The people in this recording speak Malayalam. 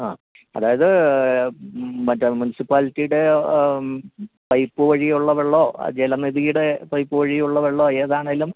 ആ അതായത് മറ്റേ മുൻസിപാലിറ്റിയുടേ പൈപ്പ് വഴിയുള്ള വെള്ളമോ ജലനിധിയുടെ പൈപ്പ് വഴിയുള്ള വെള്ളമോ ഏതാണേലും